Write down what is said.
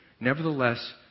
Nevertheless